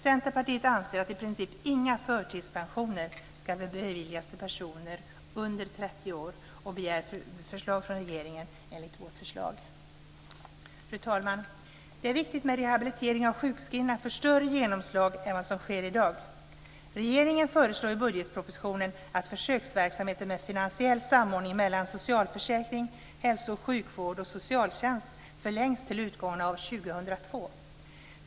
Centerpartiet anser att i princip inga förtidspensioner ska beviljas till personer under 30 år, och vi begär förslag från regeringen enligt vårt förslag. Fru talman! Det är viktigt att rehabilitering av sjukskrivna får större genomslag än vad som sker i dag. Regeringen föreslår i budgetpropositionen att försöksverksamheten med finansiell samordning mellan socialförsäkring, hälso och sjukvård samt socialtjänst förlängs till utgången av år 2002.